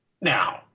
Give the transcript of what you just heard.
Now